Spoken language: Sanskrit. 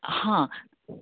हा